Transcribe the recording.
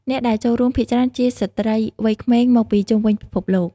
អ្នកដែលចូលរួមភាគច្រើនជាស្រ្តីវ័យក្មេងមកពីជុំវិញពិភពលោក។